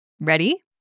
Ready